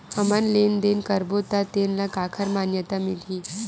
हमन लेन देन करबो त तेन ल काखर मान्यता मिलही?